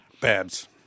Babs